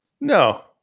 No